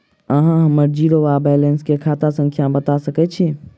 अहाँ हम्मर जीरो वा बैलेंस केँ खाता संख्या बता सकैत छी?